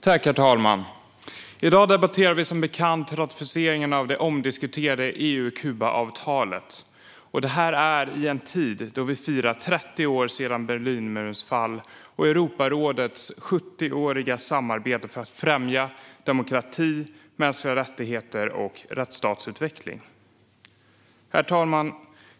Herr talman! I dag debatterar vi som bekant ratificeringen av det omdiskuterade EU-Kuba-avtalet. Det sker i en tid då vi firar 30-årsdagen av Berlinmurens fall och Europarådets 70-åriga samarbete för att främja demokrati, mänskliga rättigheter och rättsstatsutveckling. Herr talman!